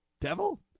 devil